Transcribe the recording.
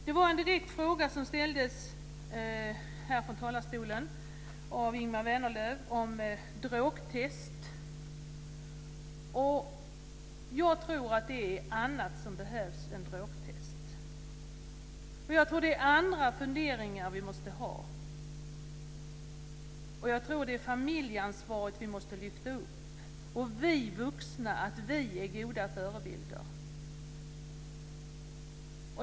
Ingemar Vänerlöv ställde här i talarstolen en direkt fråga om drogtest men jag tror att det behövs annat än drogtest. Jag tror nämligen att det behövs andra funderingar och att vi måste lyfta upp familjeansvaret, liksom detta med att vi vuxna är goda förebilder.